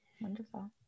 Wonderful